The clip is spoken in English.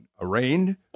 arraigned